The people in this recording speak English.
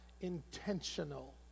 intentional